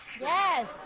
Yes